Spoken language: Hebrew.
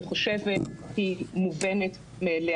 אני חושבת היא מובנת מאליה.